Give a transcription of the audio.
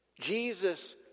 Jesus